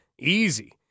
Easy